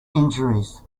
injuries